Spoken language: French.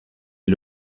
est